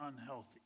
unhealthy